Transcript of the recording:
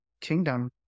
kingdom